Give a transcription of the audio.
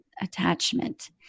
attachment